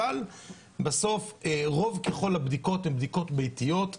אבל בסוף רוב ככל הבדיקות הן בדיקות ביתיות.